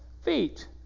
feet